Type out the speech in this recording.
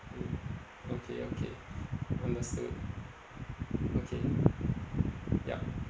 mm okay okay understood okay yup